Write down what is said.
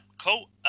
cool